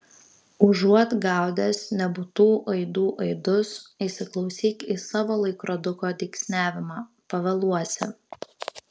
užuot gaudęs nebūtų aidų aidus įsiklausyk į savo laikroduko dygsniavimą pavėluosi